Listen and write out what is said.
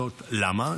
זאת למה?